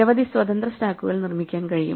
നിരവധി സ്വതന്ത്ര സ്റ്റാക്കുകൾ നിർമ്മിക്കാൻ കഴിയും